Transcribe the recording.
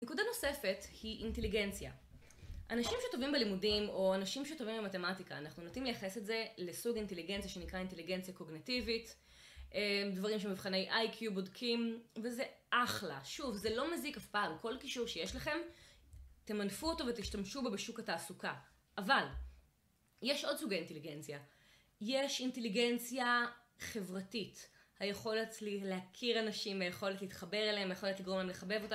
נקודה נוספת היא אינטליגנציה. אנשים שטובים בלימודים, או אנשים שטובים במתמטיקה, אנחנו נוטים לייחס את זה לסוג אינטליגנציה, שנקרא אינטליגנציה קוגנטיבית. דברים שמבחני איי-קיו בודקים, וזה אחלה. שוב, זה לא מזיק אף פעם. כל כישור שיש לכם, תמנפו אותו ותשתמשו בו בשוק התעסוקה. אבל, יש עוד סוגי אינטליגנציה. יש אינטליגנציה חברתית. היכולת להכיר אנשים, היכולת להתחבר אליהם, היכולת לגרום להם לחבב אותך.